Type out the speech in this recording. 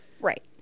Right